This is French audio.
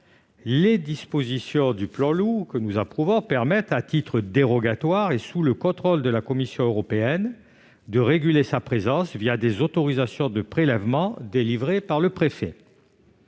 Les dispositions du plan Loup, que nous approuvons, permettent, à titre dérogatoire et sous le contrôle de la Commission européenne, de réguler sa présence des autorisations de prélèvement délivrées par le préfet.